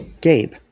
Gabe